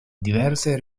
diverse